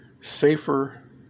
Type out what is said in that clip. safer